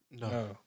No